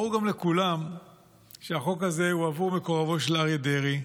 גם ברור לכולם שהחוק הזה הוא עבור מקורבו של אריה דרעי,